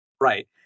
Right